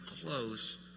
close